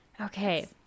Okay